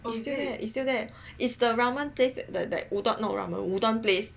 is still there is still there is the ramen place that that that udo~ not ramen udon place